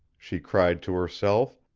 she cried to herself,